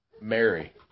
Mary